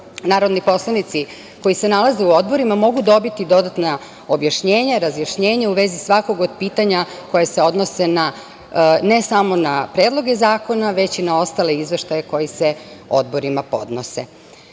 narodni poslanici koji se nalaze u odborima mogu dobiti dodatna objašnjenja, razjašnjenja u vezi svakog od pitanja koja se odnose ne samo na predloge zakona, već i na ostale izveštaje koji se odborima podnose.U